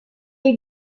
est